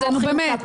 נו באמת.